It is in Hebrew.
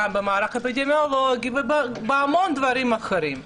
גם במהלך אפידמיולוגי ובהמון דברים אחרים.